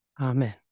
Amen